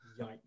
Yikes